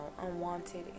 unwanted